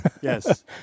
yes